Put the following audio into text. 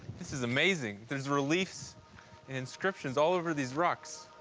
this is amazing. there's reliefs and inscriptions all over these rocks.